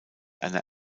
einer